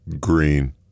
Green